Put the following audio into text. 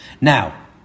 Now